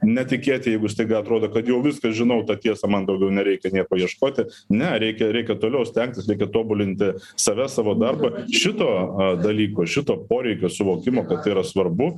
netikėti jeigu staiga atrodo kad jau viską žinau tą tiesą man daugiau nereikia nieko ieškoti ne reikia reikia toliau stengtis reikia tobulinti save savo darbą šito dalyko šito poreikio suvokimo kad tai yra svarbu